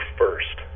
first